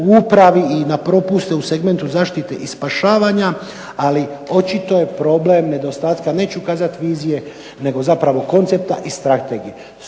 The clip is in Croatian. u upravi i na propuste u segmentu zaštite i spašavanja. Ali očito je problem nedostatka neću kazat vizije, nego zapravo koncepta i strategije.